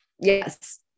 yes